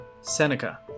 Seneca